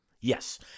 Yes